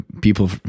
people